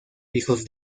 hijos